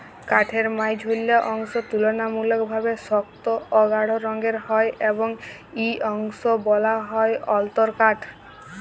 কাঠের মাইঝল্যা অংশ তুললামূলকভাবে সক্ত অ গাঢ় রঙের হ্যয় এবং ই অংশকে ব্যলা হ্যয় অল্তরকাঠ